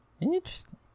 Interesting